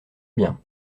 bien